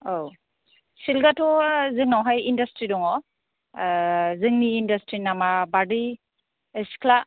औ सिल्कआथ' जोंनावहाय इण्डास्ट्रि दङ जोंनि इण्डास्ट्रिनि नामा बारदै सिख्ला